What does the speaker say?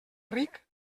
ric